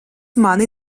mani